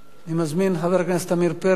אני מזמין את חבר הכנסת עמיר פרץ